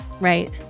right